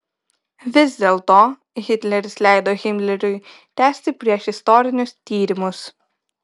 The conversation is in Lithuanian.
vis dėlto hitleris leido himleriui tęsti priešistorinius tyrimus